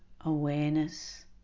awareness